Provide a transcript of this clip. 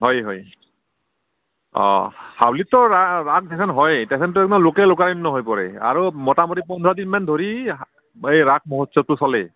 হয় হয় অঁ হাউলীততো ৰা ৰাস এতেন হয়ে তেতেনতো একদম লোকে লোকাৰণ্য হৈ পৰে আৰু মোটামুটি পোন্ধৰ দিনমান ধৰি এই ৰাস মহোৎসৱটো চলে